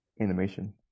animation